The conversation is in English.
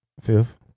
Fifth